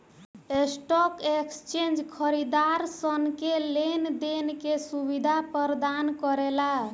stock exchange खरीदारसन के लेन देन के सुबिधा परदान करेला